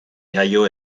jaio